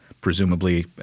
Presumably